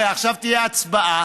הרי עכשיו תהיה הצבעה,